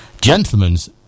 gentlemen's